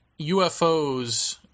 UFOs